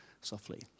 softly